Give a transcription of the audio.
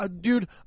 dude